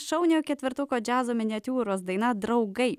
šauniojo ketvertuko džiazo miniatiūros daina draugai